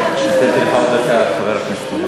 נתתי לך עוד דקה, חבר הכנסת דרעי.